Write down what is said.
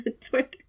Twitter